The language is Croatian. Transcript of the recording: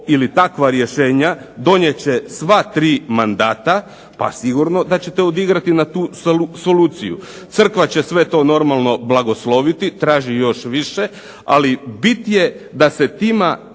ili takva rješenja donijet će sva tri mandata, pa sigurno da ćete odigrati na tu soluciju. Crkva će sve to normalno blagosloviti, traži još više, ali bit je da se time